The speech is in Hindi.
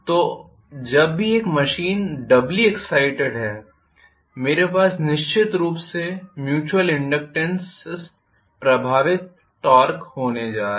तो जब भी एक मशीन डब्ली एग्ज़ाइटेड है मेरे पास निश्चित रूप से म्यूच्युयल इनडक्टेन्स प्रभावित टॉर्क होने जा रहा है